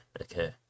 okay